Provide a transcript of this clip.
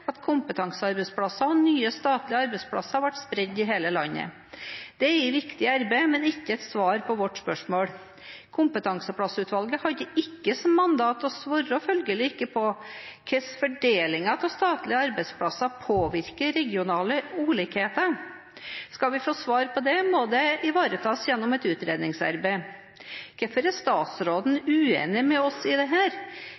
at kompetansearbeidsplasser og nye statlige arbeidsplasser ble spredt i hele landet. Det er et viktig arbeid, men ikke svar på vårt spørsmål. Kompetansearbeidsplassutvalget hadde ikke som mandat – og svarer følgelig ikke på – hvordan fordelingen av statlige arbeidsplasser påvirker regionale ulikheter. Skal vi få svar på det, må det ivaretas gjennom et utredningsarbeid. Hvorfor er